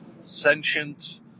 sentient